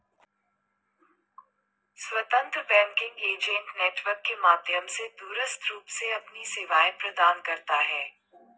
स्वतंत्र banking agent network के माध्यम से दूरस्थ रूप से अपनी सेवाएं प्रदान करता है